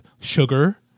sugar